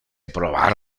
provar